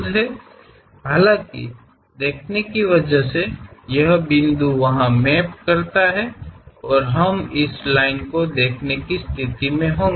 ಹೇಗಾದರೂ ವೀಕ್ಷಣೆಯ ಕಾರಣ ಈ ಬಿಂದುವು ಅಲ್ಲಿ ನಕ್ಷೆ ಮಾಡುತ್ತದೆ ಮತ್ತು ನಾವು ಕೂಡಾ ಈ ಸಾಲನ್ನು ನೋಡುವ ಸ್ಥಿತಿಯಲ್ಲಿರುತ್ತೇವೆ